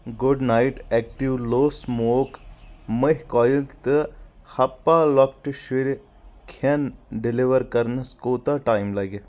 گُڑ Knight active low smoke مٔہۍ coil تہٕ ہپا لۄکٹہِ شُرِ کھٮ۪ن ڈیلِور کرنَس کوٗتاہ ٹایم لَگہِ